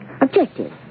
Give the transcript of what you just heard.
Objective